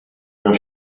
your